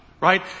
Right